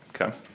Okay